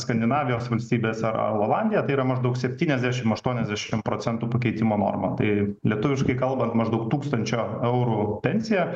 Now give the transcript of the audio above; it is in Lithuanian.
skandinavijos valstybėse ar olandija tai yra maždaug septyniasdešimt aštuoniasdešimt procentų pakeitimo norma tai lietuviškai kalbant maždaug tūkstančio eurų pensija